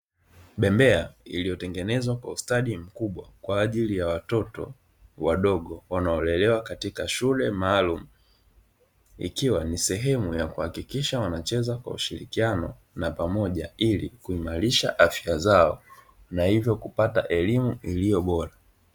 Bembea iliyo tengenezwa kwa ustadi mkubwa kwaajili ya watoto wadogo wanao lelewa katika shule maalumu, ikiwa nisehemu yakuhakikisha wanacheza kwa ushirikiano napamoja ili kuimarisha afya zao nahivyo kupata elimu iliyo bora.